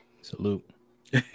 Salute